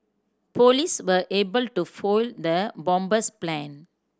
police were able to foil the bomber's plan